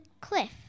cliff